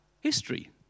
history